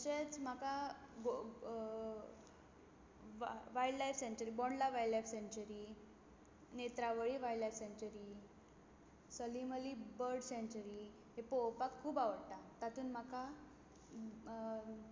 तशेंच म्हाका wild life sanctuary Bondla wild life sanctuary Netravali wild life sanctuary Salim Ali bird sanctuary पळोवपाक खूब आवडटा तातूंत म्हाका